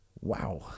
Wow